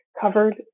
covered